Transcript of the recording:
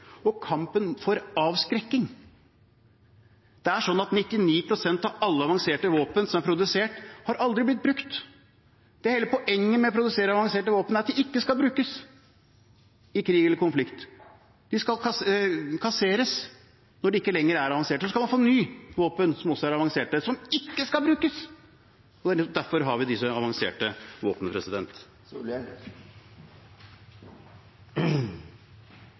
og kampen for avskrekking. Det er sånn at 99 pst. av alle avanserte våpen som er produsert, aldri har blitt brukt. Det er hele poenget med å produsere avanserte våpen, at de ikke skal brukes i krig eller konflikt. De skal kasseres når de ikke lenger er avanserte, og så skal man få nye våpen som er avanserte, og som ikke skal brukes. Derfor har vi disse avanserte våpnene.